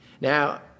now